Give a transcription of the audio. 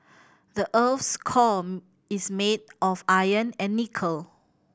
the earth's core is made of iron and nickel